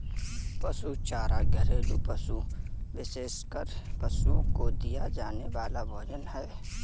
पशु चारा घरेलू पशुओं, विशेषकर पशुओं को दिया जाने वाला भोजन है